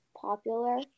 popular